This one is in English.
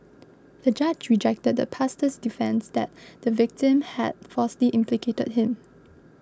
the judge rejected the pastor's defence that the victim had falsely implicated him